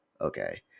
Okay